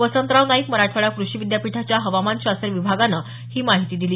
वसंतराव नाईक मराठवाडा कृषी विद्यापीठाच्या हवामानशास्त्र विभागाने ही माहिती दिली